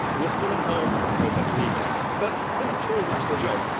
you're still involved in this process legally, but do the tools match the job?